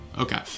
Okay